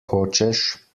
hočeš